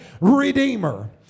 redeemer